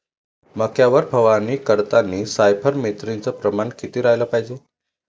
मक्यावर फवारनी करतांनी सायफर मेथ्रीनचं प्रमान किती रायलं पायजे?